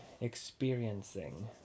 experiencing